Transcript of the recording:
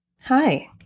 Hi